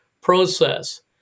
process